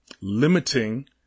Limiting